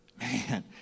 Man